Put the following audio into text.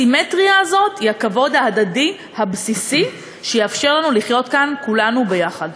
הסימטריה הזאת היא הכבוד ההדדי הבסיסי שיאפשר לנו לחיות כאן כולנו ביחד.